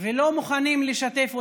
ולא מוכנים לשתף אותם.